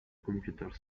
computer